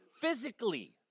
physically